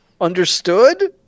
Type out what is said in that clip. understood